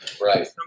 Right